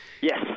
Yes